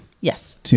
Yes